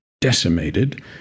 decimated